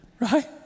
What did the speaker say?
Right